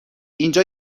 اینجا